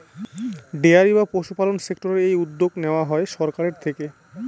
dairy বা পশুপালন সেক্টরের এই উদ্যোগ নেওয়া হয় সরকারের থেকে